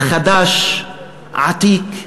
החדש-עתיק,